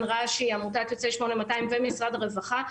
רש"י עמותת יוצאי 8200 ומשרד הרווחה,